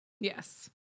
Yes